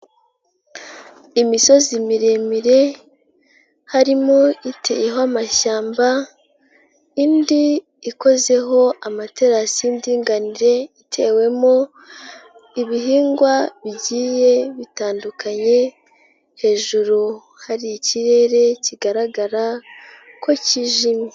Imisozi miremire harimo iteyeho amashyamba indi ikozeho amaterasi y'indinganire itewemo ibihingwa bigiye bitandukanye, hejuru hari ikirere kigaragara ko kijimye.